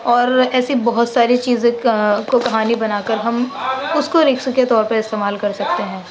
اور ایسی بہت ساری چیزیں کو کہانی بنا کر ہم اس کو رکس کے طور پر استعمال کر سکتے ہیں